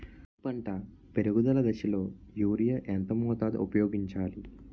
వరి పంట పెరుగుదల దశలో యూరియా ఎంత మోతాదు ఊపయోగించాలి?